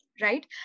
right